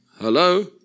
Hello